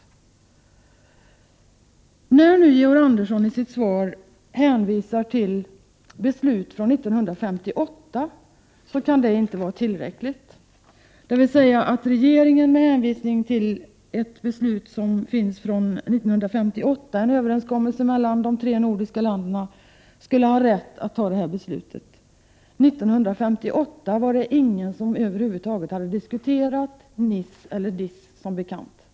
Georg Andersson hänvisar nu i sitt svar till beslut från 1958. Det kan inte vara tillräckligt. Regeringen skulle alltså, med hänvisning till en överenskommelse från 1958 mellan de tre nordiska länderna, ha rätt att ta detta beslut. 1958 var det som bekant ingen som över huvud taget hade diskuterat NIS eller DIS.